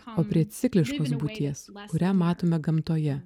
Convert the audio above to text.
o prie cikliškos būties kurią matome gamtoje